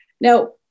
Now